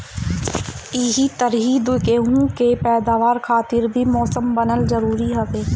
एही तरही गेंहू के पैदावार खातिर भी मौसम बनल जरुरी हवे